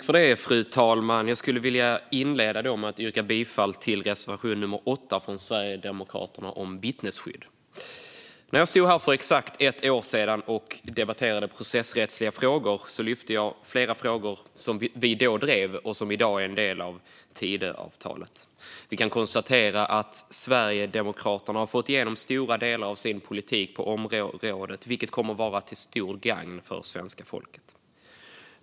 Fru talman! Jag vill inleda med att yrka bifall till reservation nummer 8 från Sverigedemokraterna om vittnesskydd. När jag stod här för exakt ett år sedan och debatterade processrättsliga frågor lyfte jag upp flera frågor som vi drev då och som i dag är en del av Tidöavtalet. Vi kan konstatera att Sverigedemokraterna har fått igenom stora delar av sin politik på området, vilket kommer att vara till stort gagn för svenska folket.